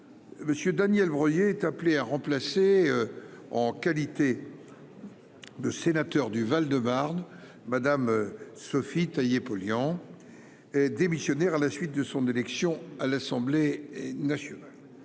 M. Daniel Breuiller était appelé à remplacer, en qualité de sénateur du Val-de-Marne, Mme Sophie Taillé-Polian, démissionnaire à la suite de son élection à l'Assemblée nationale.